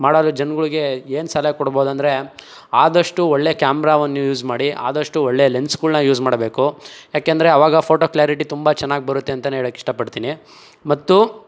ಮಾಡಲು ಜನ್ಗಳಿಗೆ ಏನು ಸಲಹೆ ಕೊಡ್ಬೌದಂದರೆ ಆದಷ್ಟು ಒಳ್ಳೆ ಕ್ಯಾಮ್ರಾವನ್ನು ಯೂಸ್ ಮಾಡಿ ಆದಷ್ಟು ಒಳ್ಳೆ ಲೆನ್ಸ್ಗಳ್ನ ಯೂಸ್ ಮಾಡಬೇಕು ಯಾಕೆಂದರೆ ಅವಾಗ ಫೋಟೋ ಕ್ಲ್ಯಾರಿಟಿ ತುಂಬ ಚೆನ್ನಾಗ್ ಬರುತ್ತೆ ಅಂತ ಹೇಳಕ್ ಇಷ್ಟಪಡ್ತೀನಿ ಮತ್ತು